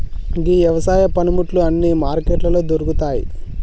గీ యవసాయ పనిముట్లు అన్నీ మార్కెట్లలో దొరుకుతాయి